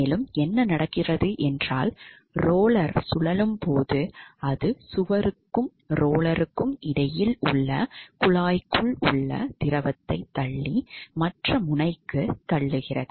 மேலும் என்ன நடக்கிறது என்றால் ரோலர் சுழலும் போது அது சுவருக்கும் ரோலருக்கும் இடையில் உள்ள குழாய்க்குள் உள்ள திரவத்தை தள்ளி மற்ற முனைக்கு தள்ளுகிறது